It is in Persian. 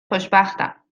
خوشبختم